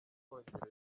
bwongereza